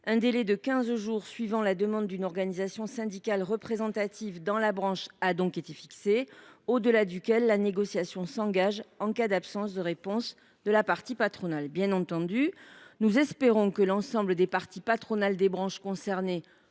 Un délai de quinze jours suivant la demande d’une organisation syndicale représentative dans la branche a donc été fixé, au delà duquel la négociation s’engagerait, en cas d’absence de réponse de la partie patronale. Bien entendu, nous espérons que l’ensemble des parties patronales des branches concernées